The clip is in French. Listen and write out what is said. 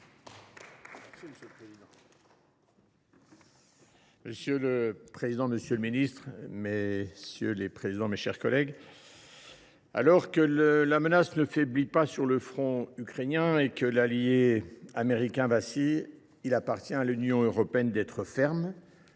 Monsieur le président, monsieur le ministre, mes chers collègues, alors que la menace ne faiblit pas sur le front ukrainien et que l’allié américain vacille, il appartient à l’Union européenne d’être ferme,